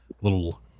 little